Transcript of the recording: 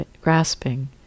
grasping